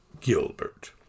Gilbert